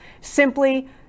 simply